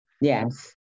Yes